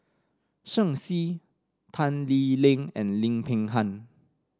Shen Xi Tan Lee Leng and Lim Peng Han